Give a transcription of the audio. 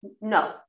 No